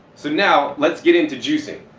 so now, let's get into juicing.